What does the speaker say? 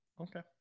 okay